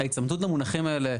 ההצמדות למונחים האלה,